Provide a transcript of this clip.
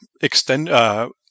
extend